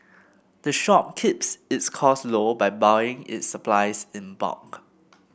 the shop keeps its costs low by buying its supplies in bulk